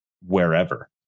wherever